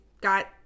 got